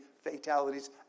fatalities